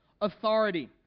authority